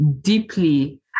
deeply